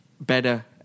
better